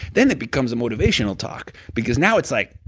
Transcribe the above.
then it becomes a motivational talk, because now it's like,